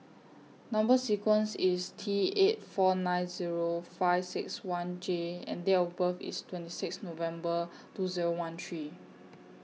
Number sequence IS T eight four nine Zero five six one J and Date of birth IS twenty six November two Zero one three